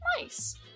Nice